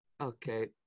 Okay